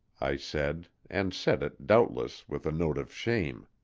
i said, and said it, doubtless, with a note of shame.